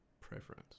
preference